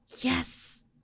Yes